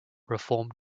reform